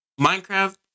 Minecraft